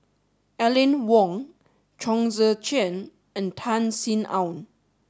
Aline Wong Chong Tze Chien and Tan Sin Aun